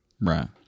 right